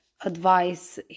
advice